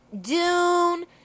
Dune